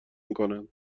میکنند